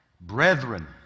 brethren